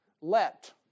Let